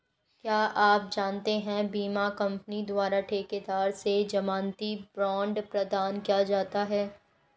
क्या आप जानते है बीमा कंपनी द्वारा ठेकेदार से ज़मानती बॉण्ड प्रदान किया जाता है?